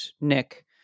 Nick